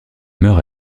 meurt